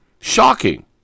Shocking